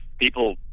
people